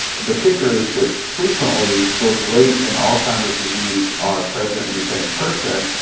the kicker is that frequently both late and alzheimer's disease are present in the same person,